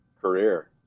career